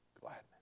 gladness